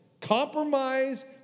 Compromise